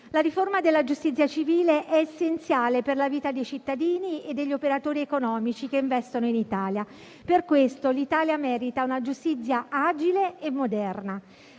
La riforma della giustizia civile è essenziale per la vita dei cittadini e degli operatori economici che investono in Italia. Per questo l'Italia merita una giustizia agile e moderna.